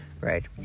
right